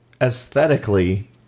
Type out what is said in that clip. aesthetically